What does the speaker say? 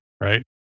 Right